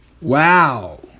Wow